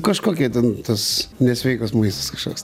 kažkokie ten tas nesveikas maistas kažkoks